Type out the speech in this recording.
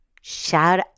shout